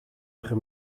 eerste